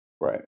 Right